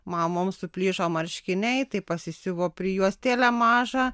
mamoms suplyšo marškiniai tai pasisiuvo prijuostėlę mažą